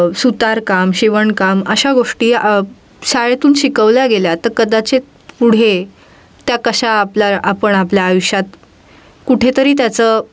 सुतारकाम शिवणकाम अशा गोष्टी शाळेतून शिकवल्या गेल्या तर कदाचित पुढे त्या कशा आपल्या आपण आपल्या आयुष्यात कुठेतरी त्याचं